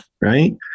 right